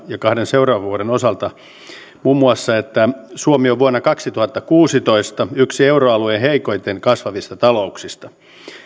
ja kahden seuraavan vuoden osalta muun muassa että suomi on vuonna kaksituhattakuusitoista yksi euroalueen heikoiten kasvavista talouksista